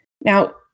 Now